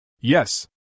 Yes